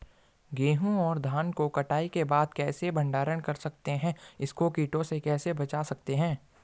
गेहूँ और धान को कटाई के बाद कैसे भंडारण कर सकते हैं इसको कीटों से कैसे बचा सकते हैं?